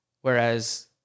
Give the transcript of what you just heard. whereas